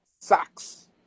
socks